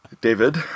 David